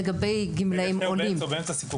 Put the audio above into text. לגבי גמלאים תוכל לחזור בבקשה?